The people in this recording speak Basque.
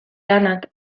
lanak